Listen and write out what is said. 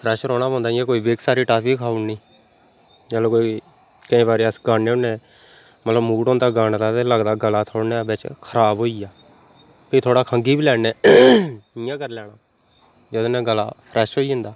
fresh रौह्ना पौंदा जियां कोई विक्स आह्ली टाफी खाई उड़नी जेल्लै कोई केईं बारी अस गान्ने होन्ने मतलब मूड होंदा गाने दा ते लगदा गला थोड़ा नेहा बेच्च खराब होई गेआ फ्ही थोड़ा खंघी बी लैन्ने इयां करी लैना एह्दे कन्नै गला फ्रैश होई जन्दा